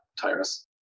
Tyrus